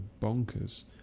bonkers